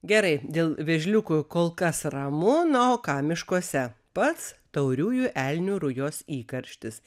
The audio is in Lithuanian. gerai dėl vėžliukų kol kas ramu na o ką miškuose pats tauriųjų elnių rujos įkarštis